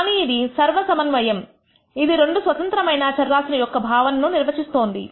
కానీ ఇది సర్వ సమన్వయం ఇది రెండు స్వతంత్రమైన చర రాశుల యొక్క భావన ను నిర్వచిస్తోంది